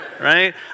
right